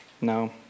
No